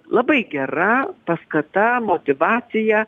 labai gera paskata motyvacija